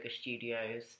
studios